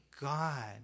God